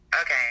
Okay